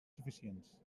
suficients